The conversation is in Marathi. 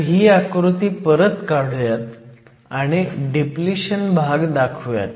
तर ही आकृती परत काढुयात आणि डिप्लिशन भाग दाखवुयात